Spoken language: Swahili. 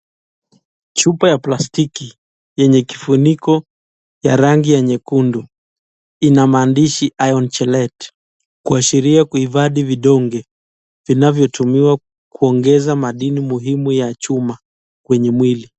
Chupa ya plastiki yenye kifuniko ya rangi ya nyekundu ina maandishi iron chellette , kuashiria kuivadi vidonge vinavyotumiwa kuongeza madini muhimu ya chuma kwenye mwili.